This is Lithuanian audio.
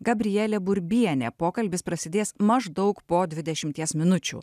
gabrielė burbienė pokalbis prasidės maždaug po dvidešimties minučių